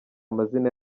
amazina